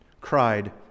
cried